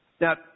now